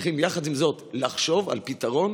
צריכים יחד עם זאת לחשוב על פתרון